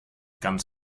ganz